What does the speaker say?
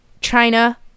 China